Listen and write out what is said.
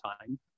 time